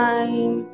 Time